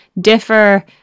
differ